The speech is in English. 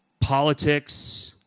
politics